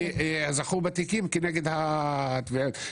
וזכו בתיקים כנגד התביעות.